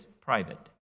private